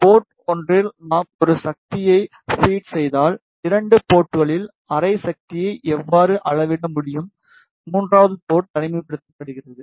board ஒன்றில் நாம் ஒரு சக்தியை ஃபீட் செய்தால் இரண்டு போர்ட்களில் அரை சக்தியை எவ்வாறு அளவிட முடியும் மூன்றாவது போர்ட் தனிமைப்படுத்தப்படுகிறது